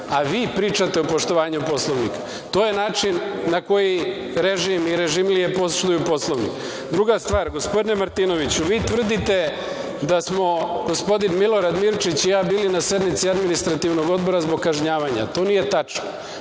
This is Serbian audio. a vi pričate o poštovanju Poslovnika. To je način na koji režim i režimlije poštuju Poslovnik. Druga stvar, gospodine Martinoviću tvrdite da smo gospodin Milorad Mirčić i ja bili na sednici Administrativnog odbora zbog kažnjavanja. To nije tačno,